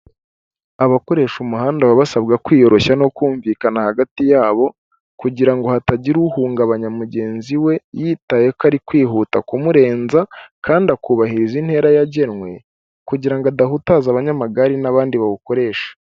Abakoresha umuhanda baba basabwa kwiyoroshya no kumvikana hagati yabo, kugira ngo hatagira uhungabanya mugenzi we yitaye ko ari kwihuta kumurenza, kandi akubahiriza intera yagenwe, kugira adahutaza abanyamagare n'abandi bawukoresha.